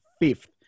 fifth